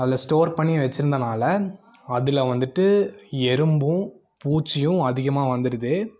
அதில் ஸ்டோர் பண்ணி வச்சுருந்தனால அதில் வந்துட்டு எறும்பும் பூச்சியும் அதிகமாக வந்துடுது